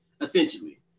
essentially